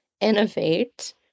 innovate